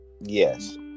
Yes